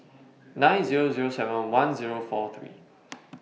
nine Zero Zero seven one Zero four three